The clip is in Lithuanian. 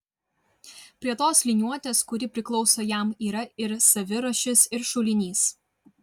prie tos liniuotės kuri priklauso jam yra ir savirašis ir šulinys